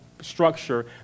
structure